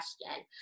question